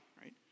right